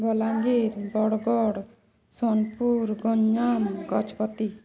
Balangir Bargarh Sonepur Ganjam Gajapati